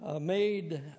made